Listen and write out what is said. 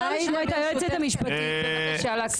אפשר לשמוע את היועצת המשפטית של הכנסת בבקשה?